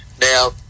Now